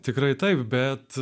tikrai taip bet